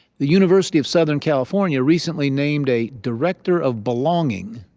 the university of southern california recently named a director of belonging.